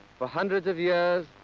for hundreds of years,